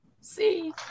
See